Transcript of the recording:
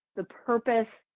the purpose.